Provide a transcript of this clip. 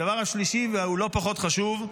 הדבר השלישי, והוא לא פחות חשוב,